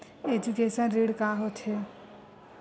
Education ऋण का होथे?